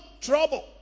trouble